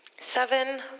Seven